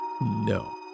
no